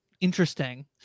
interesting